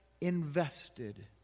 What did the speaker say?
invested